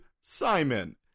Simon